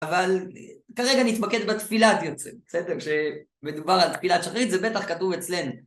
אבל כרגע נתמקד בתפילת יוצא, בסדר? כשמדובר על תפילת שחרית זה בטח כתוב אצלנו.